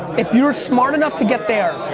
if you're smart enough to get there